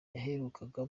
yaherukaga